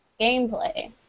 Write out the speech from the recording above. gameplay